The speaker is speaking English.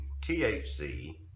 THC